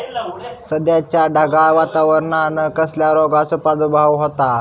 सध्याच्या ढगाळ वातावरणान कसल्या रोगाचो प्रादुर्भाव होता?